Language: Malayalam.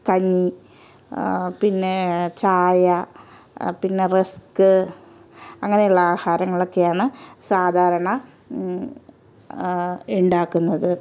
കഞ്ഞി പിന്നെ ചായ പിന്നെ റെസ്ക്ക് അങ്ങനെ ഉള്ള ആഹാരങ്ങൾ ഒക്കെയാണ് സാദാരണ ഉണ്ടാക്കുന്നത്